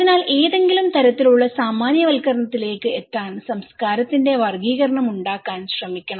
അതിനാൽ ഏതെങ്കിലും തരത്തിലുള്ള സാമാന്യവൽക്കരണങ്ങളിലേക്ക് എത്താൻ സംസ്കാരത്തിന്റെ വർഗ്ഗീകരണം ഉണ്ടാക്കാൻ ശ്രമിക്കണം